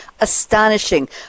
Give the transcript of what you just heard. astonishing